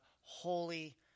holy